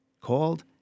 called